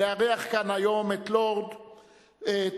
לארח כאן היום את לורד טוּילָקֶפָּה,